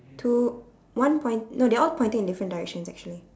two one point~ no they're all pointing in different directions actually